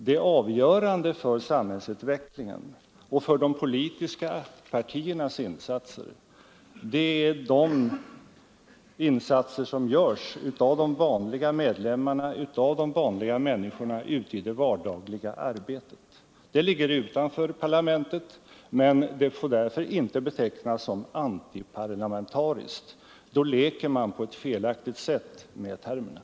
Det avgörande för samhällsutvecklingen och för de politiska partiernas arbete är de insatser som görs av de vanliga medlemmarna, av de vanliga människorna ute i det vardagliga arbetet. Det ligger utanför parlamentet, men det får därför inte betecknas som antiparlamentariskt — då leker man på ett felaktigt sätt med termerna.